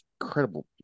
incredible